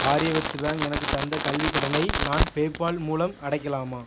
Aryavrat bank எனக்குத் தந்த கல்விக் கடனை நான் பேபால் மூலம் அடைக்கலாமா